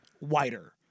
wider